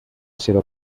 sido